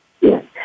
Yes